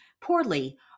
poorly